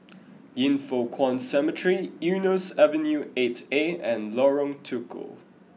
Yin Foh Kuan Cemetery Eunos Avenue eight A and Lorong Tukol